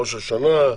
ראש השנה,